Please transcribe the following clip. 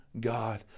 God